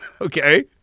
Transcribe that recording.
Okay